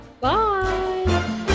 Bye